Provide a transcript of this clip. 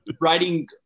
writing